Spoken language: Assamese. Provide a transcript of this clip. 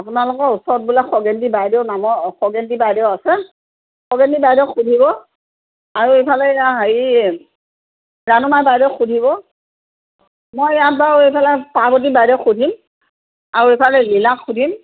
আপোনালোকৰ ওচৰত বোলে খগেন্তি বাইদেউ ডাঙৰ খগেন্তি বাইদেউ আছে খগেন্তি বাইদেউক সুধিব আৰু ইফালে হেৰি ৰাণুমাই বাইদেউক সুধিব মই ইয়াত বাৰু এইফালে পাৰ্বতী বাইদেউক সুধিম আৰু এইফালে লীলাক সুধিম